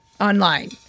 online